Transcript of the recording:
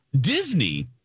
Disney